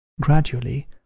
Gradually